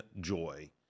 joy